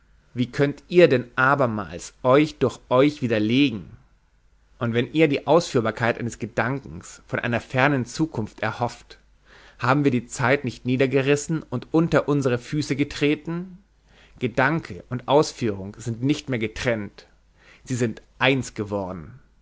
wie könnt ihr denn abermals euch durch euch widerlegen und wenn ihr die ausführbarkeit eines gedankens von einer fernen zukunft erhofft haben wir die zeit nicht niedergerissen und unter unsere füße getreten gedanke und ausführung sind nicht mehr getrennt sie sind eins geworden